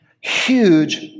huge